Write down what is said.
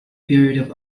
period